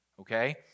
okay